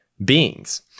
beings